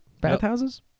Bathhouses